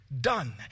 done